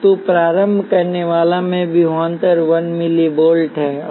तो प्रारंभ करनेवाला में विभवांतर 1 मिली वोल्ट है